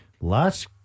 last